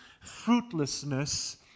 fruitlessness